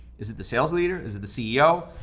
is it the sales leader? is it the ceo?